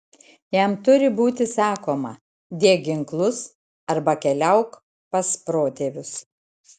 jam turi būti sakoma dėk ginklus arba keliauk pas protėvius